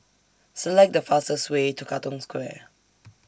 Select The fastest Way to Katong Square